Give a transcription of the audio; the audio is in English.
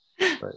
right